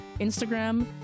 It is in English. Instagram